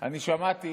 אני שמעתי